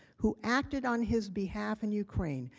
who acted on his behalf in ukraine.